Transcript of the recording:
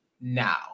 now